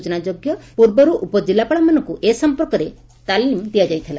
ସୂଚନାଯୋଗ୍ୟ ଯେ ପୂର୍ବରୁ ଉପକିଲ୍ଲାପାଳମାନଙ୍କୁ ଏ ସଂପର୍କରେ ତାଲିମ ଦିଆଯାଇଥିଲା